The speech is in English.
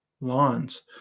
lawns